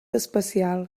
especial